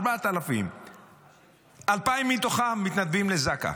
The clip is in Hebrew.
4,000. 2,000 מתוכם מתנדבים לזק"א.